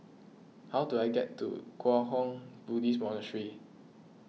how do I get to Kwang Hua Buddhist Monastery